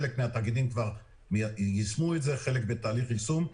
חלק מהתאגידים יישמו את זה, חלק בתהליך יישום.